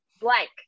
blank